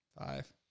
five